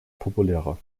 populärer